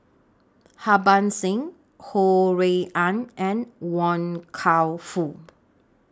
Harbans Singh Ho Rui An and Wan Kam Fook